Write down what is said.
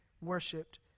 worshipped